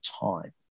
time